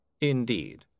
Indeed